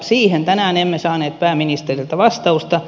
siihen tänään emme saaneet pääministeriltä vastausta